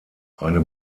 eine